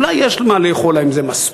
אולי יש שם מה לאכול, האם זה מספיק?